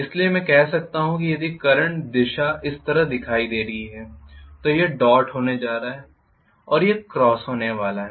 इसलिए मैं कह सकता हूं कि यदि करंट दिशा इस तरह दिखाई दे रही है तो यह डॉट होने जा रहा है और यह क्रॉस होने वाला है